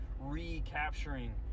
recapturing